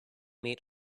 meat